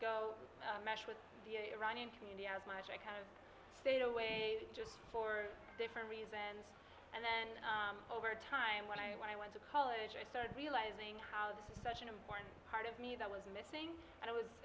go meshed with the iranian community as much i kind of stayed away just for different reasons and then over time when i when i went to college i started realizing how this is such an important part of me that was missing and i was